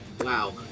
Wow